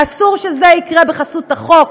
אסור שזה יקרה בחסות החוק.